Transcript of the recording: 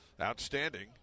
outstanding